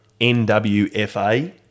NWFA